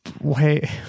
Wait